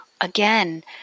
again